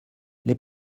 les